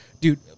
dude